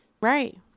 Right